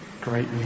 Great